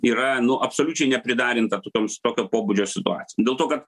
yra nu absoliučiai nepridarinta tokioms tokio pobūdžio situacija dėl to kad